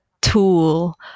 tool